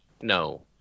No